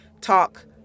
talk